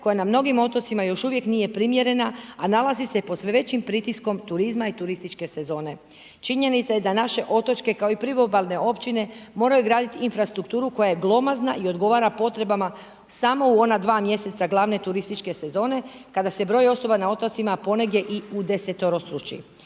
koja na mnogim otocima još uvijek nije primjerena a nalazi pod sve većim pritiskom turizma i turističke sezona. Činjenica je naše otočke kao i priobalne općine moraju graditi infrastrukturu koja je glomazna i odgovara potrebama samo u ona dva mjeseca glavne turističke sezone kada se broj osoba na otocima ponegdje i udeseterostruči.